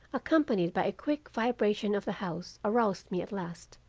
accompanied by a quick vibration of the house, aroused me at last.